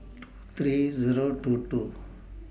two three Zero two two